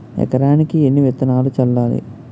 ఎకరానికి ఎన్ని విత్తనాలు చల్లాలి?